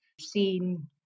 seen